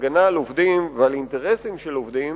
הגנה על עובדים ועל אינטרסים של עובדים,